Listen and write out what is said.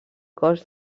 cos